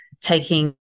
taking